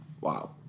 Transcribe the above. Wow